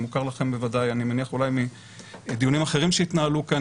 המוכר לכם בוודאי אני מניח מדיונים אחרים שהתנהלו כאן.